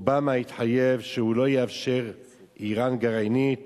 אובמה התחייב שהוא לא יאפשר אירן גרעינית